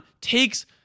takes